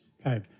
Okay